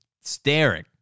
staring